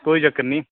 कोई चक्कर निं